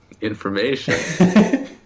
Information